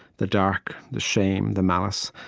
the dark, the shame, the malice.